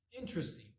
Interesting